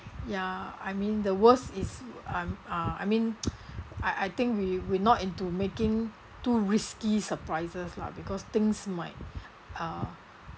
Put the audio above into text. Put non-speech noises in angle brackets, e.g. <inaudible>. ya I mean the worst is um uh I mean <noise> I I think we we not into making too risky surprises lah because things might uh